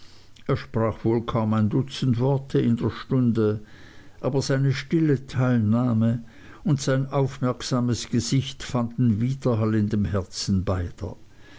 er sprach wohl kaum ein dutzend worte in der stunde aber seine stille teilnahme und sein aufmerksames gesicht fanden widerhall im herzen